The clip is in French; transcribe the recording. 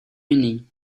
uni